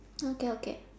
okay okay